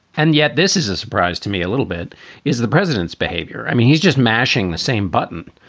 and yet this is a surprise to me a little bit is the president's behavior. i mean, he's just mashing the same button.